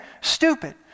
stupid